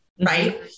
Right